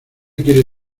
quiere